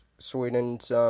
Sweden's